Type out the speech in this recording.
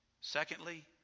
Secondly